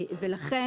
לכן,